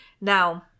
Now